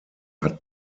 hat